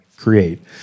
create